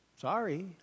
Sorry